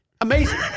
Amazing